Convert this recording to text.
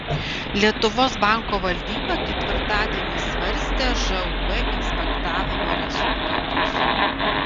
lietuvos banko valdyba ketvirtadienį svarstė žūb inspektavimo rezultatus